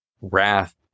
wrath